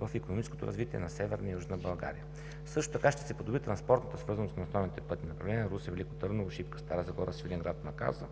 в икономическото развитие на Северна и Южна България. Също така ще се подобри транспортната свързаност на основните пътни направления „Русе – Велико Търново – Шипка – Стара Загора – Свиленград – Маказа“